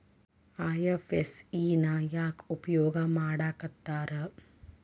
IFSC ನ ಯಾಕ್ ಉಪಯೊಗ್ ಮಾಡಾಕತ್ತಾರ?